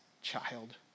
child